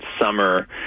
summer